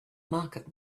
market